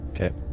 Okay